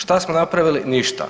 Šta smo napravili, ništa.